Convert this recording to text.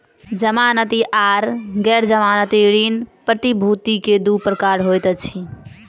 जमानती आर गैर जमानती ऋण प्रतिभूति के दू प्रकार होइत अछि